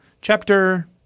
chapter